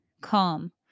calm